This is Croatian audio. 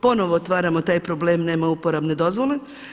Ponovo otvaramo taj problem nema uporabne dozvole.